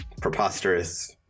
preposterous